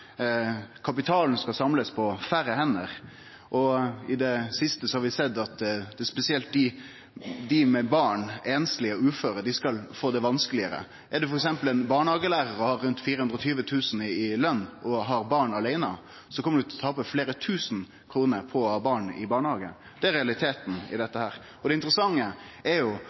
Kapitalen skal samlast på færre hender, og i det siste har vi sett at spesielt dei med barn, einslege og uføre skal få det vanskelegare. Er du f.eks. ein barnehagelærar og har rundt 420 000 kr i lønn og har barn aleine, kjem du til å tape fleire tusen kroner på å ha barn i barnehage. Det er realiteten i dette. Det interessante er